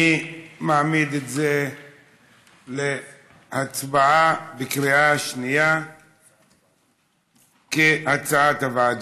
אני מעמיד את זה להצבעה בקריאה שנייה כהצעת הוועדה.